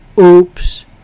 oops